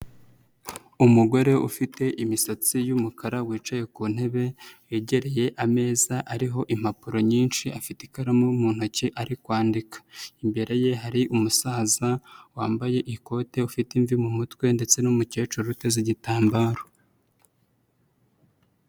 Umugore ufite imisatsi yumukara wicaye ku ntebe, yegereye ameza ariho impapuro nyinshi afite ikaramu mu ntoki ari kwandika, imbere ye hari umusaza wambaye ikote ufite imvi mu mutwe ndetse n'umukecuru uteze igitambaro.